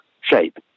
shape